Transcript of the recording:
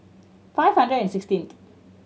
five hundred and sixteenth